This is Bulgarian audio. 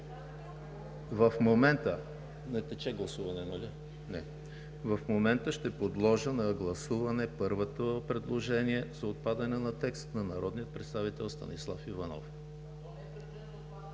В момента ще подложа на гласуване първото предложение – за отпадане на текст, на народния представител Станислав Иванов.